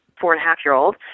four-and-a-half-year-old